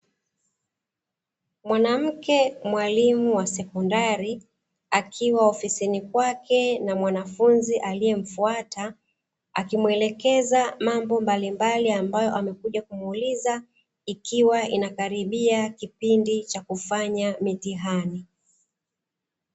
Mwanamke mwalimu wa sekondari akiwa ofisini kwake na mwanafunzi aliyemfuata akimwelekeza mambo mbalimbali aliyokuja kumuuliza ikiwa inakaribia kipindi cha kufanya mitihani.